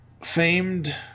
famed